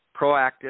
proactive